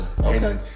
Okay